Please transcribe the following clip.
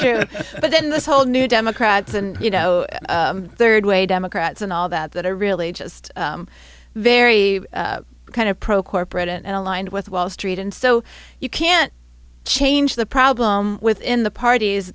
true but then this whole new democrats and you know third way democrats and all that that are really just very kind of pro corporate and aligned with wall street and so you can't change the problem within the parties